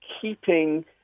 keeping